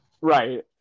Right